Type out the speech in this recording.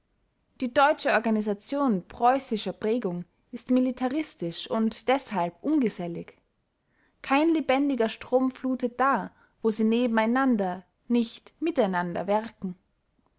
die deutsche organisation preußischer prägung ist militaristisch und deshalb ungesellig kein lebendiger strom flutet da wo sie nebeneinander nicht miteinander werken